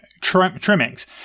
trimmings